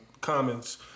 comments